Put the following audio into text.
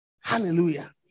Hallelujah